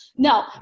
No